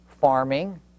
farming